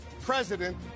president